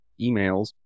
emails